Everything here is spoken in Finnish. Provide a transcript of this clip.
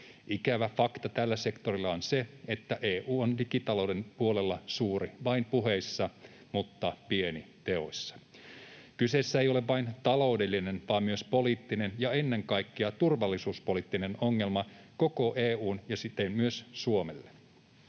Ikävä fakta tällä sektorilla on se, että EU on digitalouden puolella suuri vain puheissa mutta pieni teoissa. Kyseessä ei ole vain taloudellinen vaan myös poliittinen ja ennen kaikkea turvallisuuspoliittinen ongelma koko EU:lle ja siten myös Suomelle.